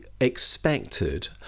expected